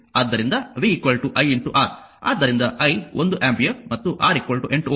ಆದ್ದರಿಂದ v iR ಆದ್ದರಿಂದ i ಒಂದು ಆಂಪಿಯರ್ ಮತ್ತು R 8 Ω